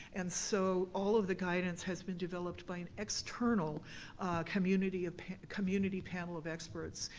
and so, all of the guidance has been developed by an external community community panel of experts.